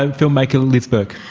ah filmmaker liz burke?